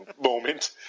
moment